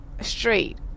straight